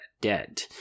dead